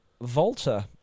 volta